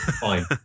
fine